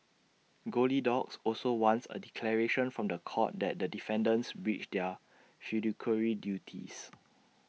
goldilocks also wants A declaration from The Court that the defendants breached their fiduciary duties